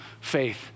faith